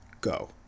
go